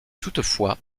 toutefois